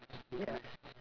yes